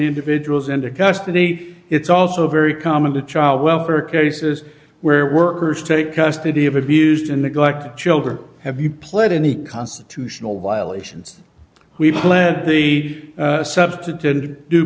individuals into custody it's also very common to child welfare cases where workers take custody of abused and neglected children have you played any constitutional violations we've plenty substituted due